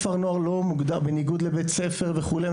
היום כפר נוער לא מוגדר בניגוד לבית ספר וכולי,